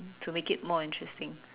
to make it more interesting